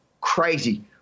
crazy